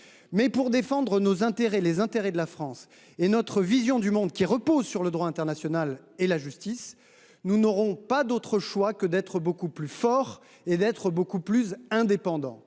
Mais pour défendre nos intérêts, les intérêts de la France et notre vision du monde qui repose sur le droit international et la justice, nous n’aurons pas d’autre choix que d’être beaucoup plus forts et beaucoup plus indépendants.